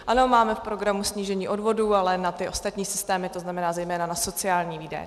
Ano, máme v programu snížení odvodů, ale na ty ostatní systémy, to znamená zejména na sociální výdaje.